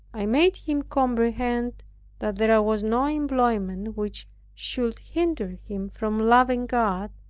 i made him comprehend that there was no employment which should hinder him from loving god,